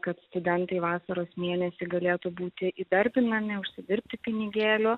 kad studentai vasaros mėnesį galėtų būti įdarbinami užsidirbti pinigėlių